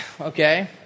okay